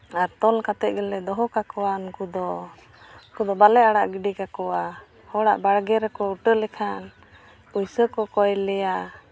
ᱟᱨ ᱛᱚᱞ ᱠᱟᱛᱮᱫ ᱜᱮᱞᱮ ᱫᱚᱦᱚ ᱠᱟᱠᱚᱣᱟ ᱩᱱᱠᱩ ᱫᱚ ᱩᱱᱠᱩ ᱫᱚ ᱵᱟᱞᱮ ᱟᱲᱟᱜ ᱜᱤᱰᱤ ᱠᱟᱠᱚᱣᱟ ᱦᱚᱲᱟᱜ ᱵᱟᱲᱜᱮ ᱨᱮᱠᱚ ᱩᱴᱟᱹ ᱞᱮᱠᱷᱟᱱ ᱯᱩᱭᱥᱟᱹ ᱠᱚ ᱠᱚᱭ ᱞᱮᱭᱟ